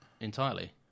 entirely